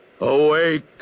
awake